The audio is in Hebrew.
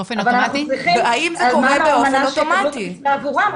אבל אנחנו צריכים אלמן או אלמנה שיקבלו את הקיצבה עבורם,